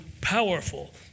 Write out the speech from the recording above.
powerful